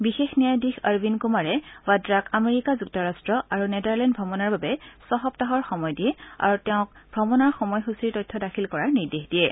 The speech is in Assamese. বিশেষ ন্যায়াধীশ অৰবিন্দ কুমাৰে ভাদ্ৰাক আমেৰিকা যুক্তৰাট্ট আৰু নেডাৰলেণ্ড ভ্ৰমণৰ বাবে ছসপ্তাহৰ সময় দিয়ে আৰু তেওঁক ভ্ৰমণৰ সময়সূচীৰ তথ্য দাখিল কৰাৰ নিৰ্দেশ দিয়ে